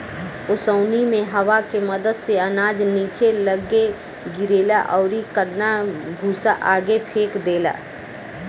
ओसौनी मे हवा के मदद से अनाज निचे लग्गे गिरेला अउरी कन्ना भूसा आगे फेंक देला